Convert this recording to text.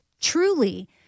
truly